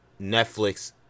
Netflix